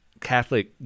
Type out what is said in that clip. Catholic